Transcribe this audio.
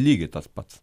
lygiai tas pats